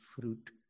fruit